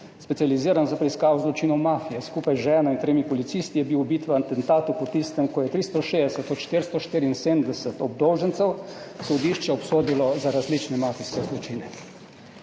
specializiran za preiskavo zločinov mafije. Skupaj z ženo in tremi policisti je bil ubit v atentatu po tistem, ko je 360 od 474 obdolžencev sodišče obsodilo za različne mafijske zločine.